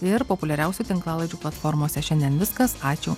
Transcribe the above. ir populiariausių tinklalaidžių platformose šiandien viskas ačiū